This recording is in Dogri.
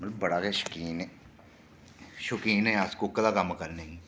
मतलब बड़ा गै शकीन शकीन आं अस कुकिंग दा कम्म करने आं